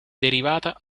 derivata